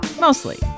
Mostly